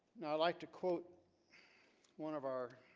now i'd like to quote one of our